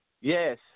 Yes